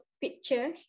picture